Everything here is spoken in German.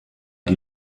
die